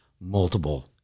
multiple